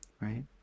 right